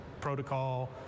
protocol